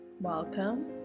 welcome